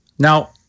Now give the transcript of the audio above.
Now